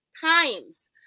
times